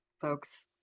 folks